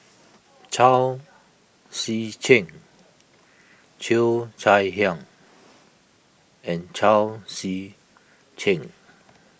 Chao Tzee Cheng Cheo Chai Hiang and Chao Tzee Cheng